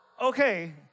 Okay